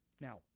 Now